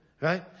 Right